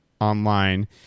online